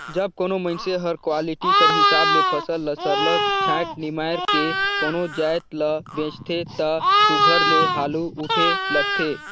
जब कोनो मइनसे हर क्वालिटी कर हिसाब ले फसल ल सरलग छांएट निमाएर के कोनो जाएत ल बेंचथे ता सुग्घर ले हालु उठे लगथे